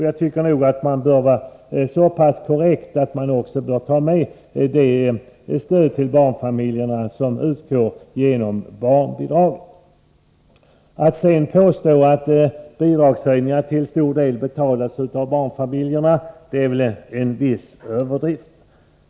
Jag tycker att man bör vara så pass korrekt att man också tar med det stöd till barnfamiljerna som utgår genom barnbidraget. Att sedan påstå att bidragshöjningarna till stor del betalas av barnfamiljerna är viss överdrift.